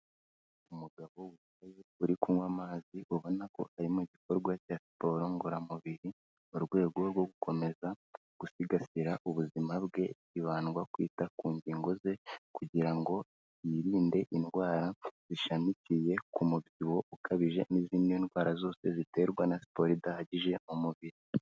Umugabo ucaye uri kunywa amazi ubona ko arimo igikorwa cya siporo ngoramubiri mu rwego rwo gukomeza gusigasira ubuzima bwe hibandwa kwita ku ngingo ze kugira ngo yirinde indwara zishamikiye ku mubyibuho ukabije n'izindi ndwara zose ziterwa na siporo idahagije mu mubiri.